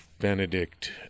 Benedict